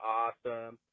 awesome